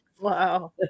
wow